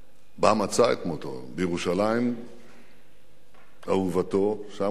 מצא את מותו, בירושלים אהובתו, שם הוא נפל.